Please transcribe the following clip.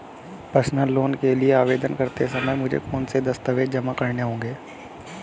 Personal loan के लिए आवेदन करते समय मुझे कौन से दस्तावेज़ जमा करने होंगे?